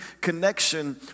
connection